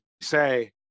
say